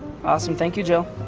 awesome. thank you, jill.